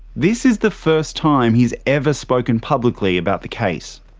this is the first time he's ever spoken publicly about the case.